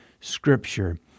Scripture